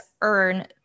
earn